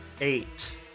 eight